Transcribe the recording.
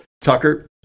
Tucker